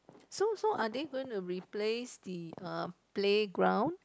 so so are they going to replace the err playground